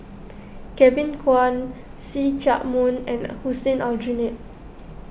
Kevin Kwan See Chak Mun and Hussein Aljunied